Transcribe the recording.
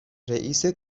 رئیست